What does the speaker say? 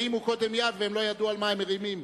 הרימו קודם יד ולא ידעו על מה הם מרימים.